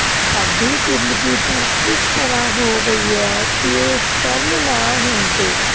ਸਾਡੀ ਜ਼ਿੰਦਗੀ ਦਾ ਇਸ ਤਰਾਂ ਹੋ ਗਈ ਹੈ ਕਿ ਉਪਕਰਨ ਨਾ ਹੁੰਦੇ